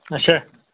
اچھا